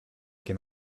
que